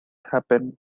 happen